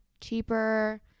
cheaper